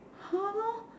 hole or